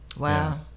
Wow